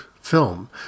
film